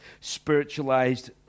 spiritualized